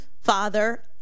father